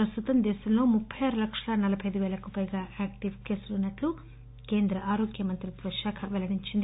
ప్రస్తుతం దేశంలో ముప్పై ఆరు లక్షల నలభై అయిదు పేలకు పైగా యాక్టిప్ కేసులున్నట్లు కేంద్ర ఆరోగ్య మంత్రిత్వ శాఖ పెల్లడించింది